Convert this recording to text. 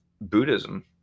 Buddhism